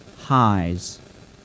highs